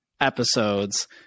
episodes